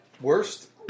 Worst